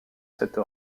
cette